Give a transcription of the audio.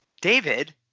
David